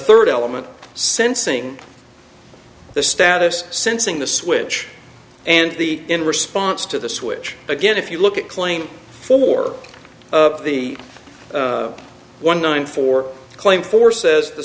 third element sensing the status sensing the switch and the in response to the switch again if you look at claim four of the one nine four claim for says t